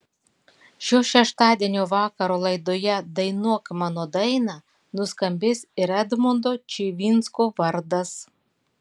šio šeštadienio vakaro laidoje dainuok mano dainą nuskambės ir edmondo čivinsko vardas